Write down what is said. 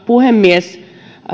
puhemies